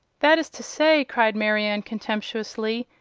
that is to say, cried marianne contemptuously,